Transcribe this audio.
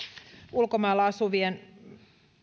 ulkomailla asuvien